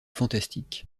fantastiques